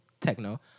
techno